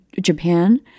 Japan